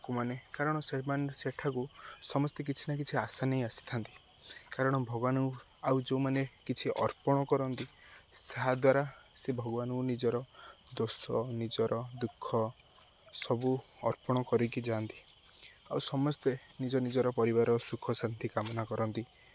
ଲୋକମାନେ କାରଣ ସେମାନେ ସେଠାକୁ ସମସ୍ତେ କିଛି ନା କିଛି ଆଶା ନେଇ ଆସିଥାନ୍ତି କାରଣ ଭଗବାନ ଆଉ ଯେଉଁମାନେ କିଛି ଅର୍ପଣ କରନ୍ତି ତାହା ଦ୍ୱାରା ସେ ଭଗବାନଙ୍କୁ ନିଜର ଦୋଷ ନିଜର ଦୁଃଖ ସବୁ ଅର୍ପଣ କରିକି ଯାଆନ୍ତି ଆଉ ସମସ୍ତେ ନିଜ ନିଜର ପରିବାର ସୁଖ ଶାନ୍ତି କାମନା କରନ୍ତି